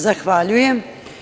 Zahvaljujem.